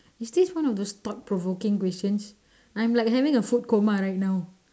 is this one of those thought provoking questions I'm like having a food coma right now